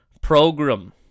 program